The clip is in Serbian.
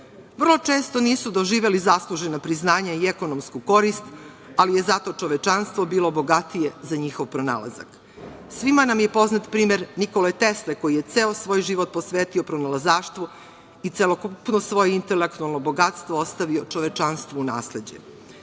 Vrlo često nisu doživeli zaslužena priznanja i ekonomsku korist, ali je zato čovečanstvo bilo bogatije za njihov pronalazak. Svima nam je poznat primer Nikole Tesle koji je ceo svoj život posvetio pronalazaštvu i celokupno svoje intelektualno bogatstvo ostavio čovečanstvu u nasleđe. Pored